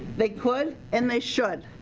they could and they should.